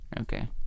Okay